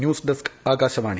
news desk Akashvani